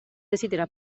decidirà